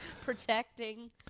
protecting